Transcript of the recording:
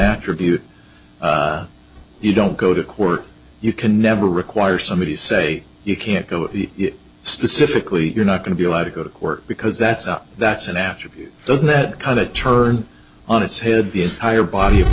attribute you don't go to work you can never require somebody say you can't go specifically you're not going to be allowed to go to work because that's that's an attribute doesn't that kind of turned on its head the entire body of